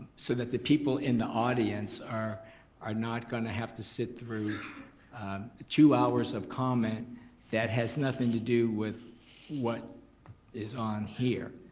so the people in the audience are are not gonna have to sit through two hours of comment that has nothing to do with what is on here.